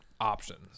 options